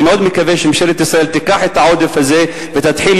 אני מאוד מקווה שממשלת ישראל תיקח את העודף הזה ותתחיל